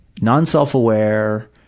non-self-aware